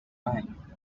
time